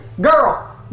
girl